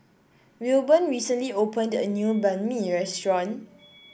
Wilburn recently opened a new Banh Mi restaurant